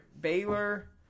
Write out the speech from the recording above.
Baylor